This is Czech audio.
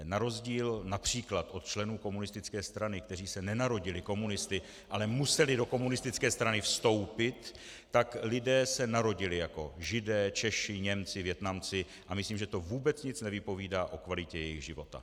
Na rozdíl například od členů komunistické strany, kteří se nenarodili komunisty, ale museli do komunistické strany vstoupit, tak lidé se narodili jako Židé, Češi, Němci, Vietnamci, a myslím, že to vůbec nic nevypovídá o kvalitě jejich života.